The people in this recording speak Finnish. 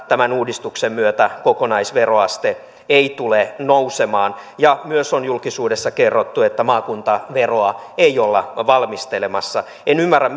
tämän uudistuksen myötä kokonaisveroaste ei tule nousemaan ja myös on julkisuudessa kerrottu että maakuntaveroa ei olla valmistelemassa en ymmärrä